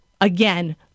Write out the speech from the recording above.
again